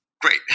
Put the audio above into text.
great